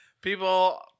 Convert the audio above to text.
People